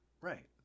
right